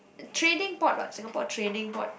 trading port what Singapore trading port